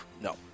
No